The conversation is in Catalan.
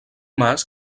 mas